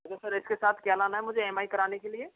अच्छा सर इसके साथ क्या लाना है मुझे ई एम आई कराने के लिए